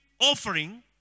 offering